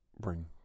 bring